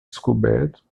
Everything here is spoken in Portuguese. descoberto